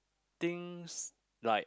things like